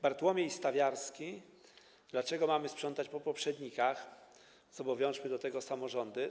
Bartłomiej Stawiarski - dlaczego mamy sprzątać po poprzednikach, zobowiążmy do tego samorządy.